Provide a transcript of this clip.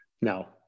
No